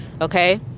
okay